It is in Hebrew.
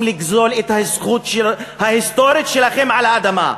לגזול את הזכות ההיסטורית שלכם על האדמה.